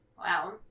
Wow